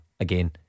Again